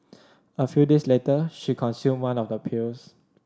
a few days later she consumed one of the pills